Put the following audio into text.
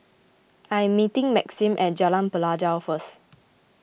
I am meeting Maxim at Jalan Pelajau first